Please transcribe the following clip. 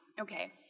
Okay